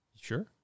Sure